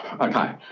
Okay